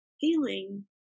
feeling